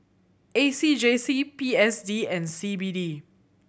A C J C P S D and C B D